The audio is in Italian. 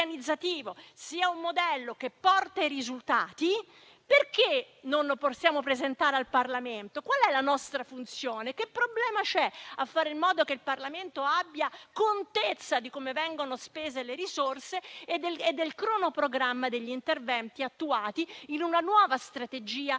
organizzativo porti risultati, perché non possiamo presentarlo al Parlamento? Qual è la nostra funzione? Che problema c'è a fare in modo che il Parlamento abbia contezza di come vengono spese le risorse e del cronoprogramma degli interventi attuati in una nuova strategia